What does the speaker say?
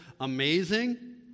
amazing